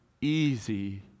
easy